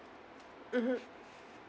mmhmm